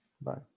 Bye